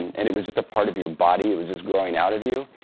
and it was just a part of your body. it was just growing out of you,